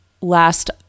last